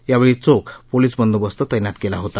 यावेळी चोख पोलिस बंदोबस्त तैनात केला होता